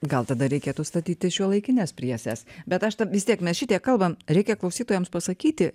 gal tada reikėtų statyti šiuolaikines pjeses bet aš ta vis tiek mes šitiek kalbam reikia klausytojams pasakyti